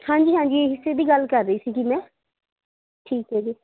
ਹਾਂਜੀ ਹਾਂਜੀ ਇਸ ਦੀ ਗੱਲ ਕਰ ਰਹੀ ਸੀਗੀ ਮੈਂ ਠੀਕ ਹੈ ਜੀ